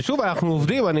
שוב, אנחנו עובדים.